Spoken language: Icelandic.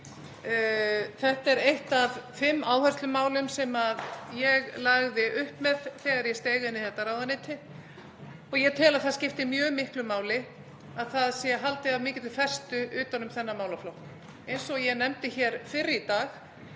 Þetta er eitt af fimm áherslumálum sem ég lagði upp með þegar ég steig inn í þetta ráðuneyti og ég tel að það skipti mjög miklu máli að það sé haldið af mikilli festu utan um þennan málaflokk. Eins og ég nefndi hér fyrr í dag